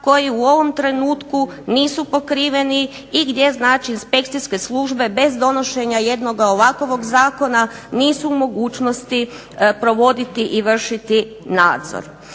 koji u ovom trenutku nisu pokriveni, i gdje znači inspekcijske službe bez donošenja jednoga ovakvog zakona nisu u mogućnosti provoditi i vršiti nadzor.